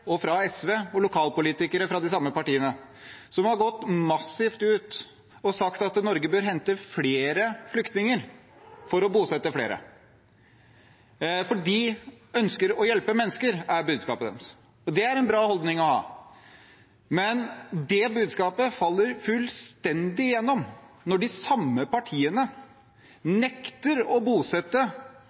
fra Arbeiderpartiet, fra SV og lokalpolitikere fra de samme partiene – som har gått massivt ut og sagt at Norge bør hente flere flyktninger for å bosette flere, for de ønsker å hjelpe mennesker, er budskapet deres. Det er en bra holdning å ha, men det budskapet faller fullstendig igjennom når de samme partiene nekter å bosette